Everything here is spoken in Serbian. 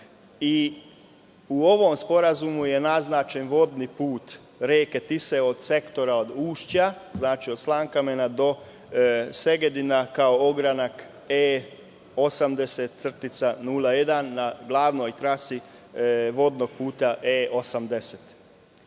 i u ovom sporazumu je naznačen vodni put reke Tise od sektora od ušća, znači od Slankamena do Segedina, kao ogranak E80-01 na glavnoj trasi vodnog puta E80.